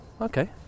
Okay